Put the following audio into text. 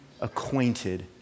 acquainted